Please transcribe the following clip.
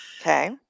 Okay